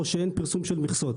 או שאין פרסום של מכסות.